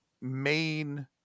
main